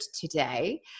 today